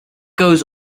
goes